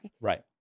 Right